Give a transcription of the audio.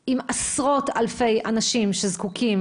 אנחנו נהיה עם עשרות אלפי אנשים שזקוקים